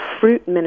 fruit